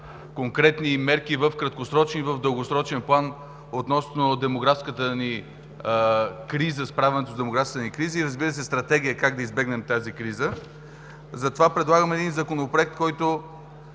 конкретни мерки в краткосрочен и в дългосрочен план относно справянето с демографската ни криза и, разбира се, стратегия как да я избегнем. Затова предлагам Законопроект, чиято